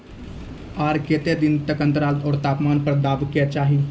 आर केते दिन के अन्तराल आर तापमान पर देबाक चाही?